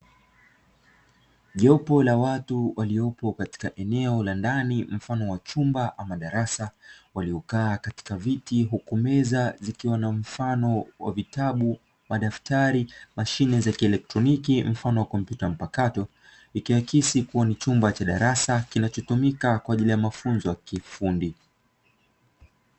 Jopo la watu waliopo katika eneo la ndani, mfano wa chumba ama darasa, waliokaa katika viti huku meza zikiwa na mfano wa vitabu, madaftari, mashine za kielektroniki mfano wa kompyuta mpakato, ikiakisi kuwa ni chumba cha darasa kinachotumika kwa ajili ya mafunzo ya kiufundi.